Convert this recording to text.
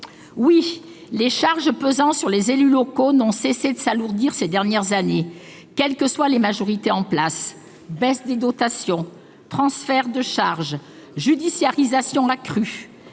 Oui, les charges pesant sur les élus locaux n'ont cessé de s'alourdir ces dernières années, quelle que soit la majorité en place : baisse des dotations, transferts de charges, judiciarisation accrue